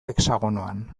hexagonoan